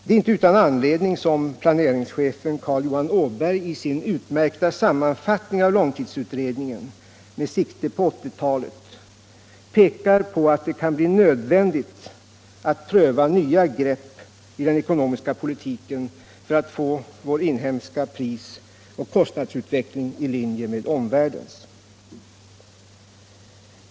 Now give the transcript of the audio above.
Det är inte utan anledning som planeringschefen Carl Johan Åberg i sin utmärkta sammanfattning av långtidsutredningen med sikte på 1980-talet pekar på att det kan bli nödvändigt att pröva nya grepp i den ekonomiska politiken för att få vår inhemska prisoch kostnadsutveckling i linje med omvärldens.